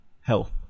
health